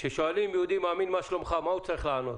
כששואלים יהודי מאמין מה שלומך מה הוא צריך לענות?